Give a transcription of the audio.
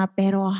pero